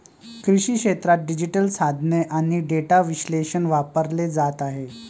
कृषी क्षेत्रात डिजिटल साधने आणि डेटा विश्लेषण वापरले जात आहे